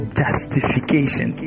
justification